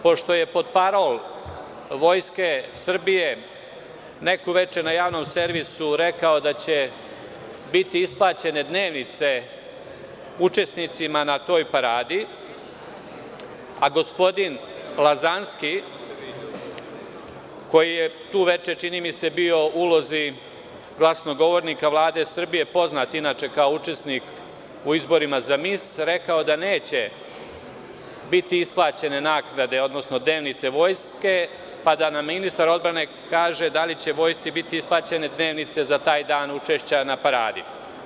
Pošto je portparol Vojske Srbije neku veče na Javnom servisu rekao da će biti isplaćene dnevnice učesnicima na toj paradi, a gospodin Lazanski, koji je to veče, čini mi se, bio u ulozi glasnogovornika Vlade Srbije, poznat inače kao učesnik u izborima za mis, rekao da neće biti isplaćene naknade odnosno dnevnice vojske, pa da nam ministar odbrane kaže da li će vojsci biti isplaćene dnevnice za taj dan učešća na Paradi?